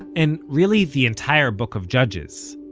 and really the entire book of judges,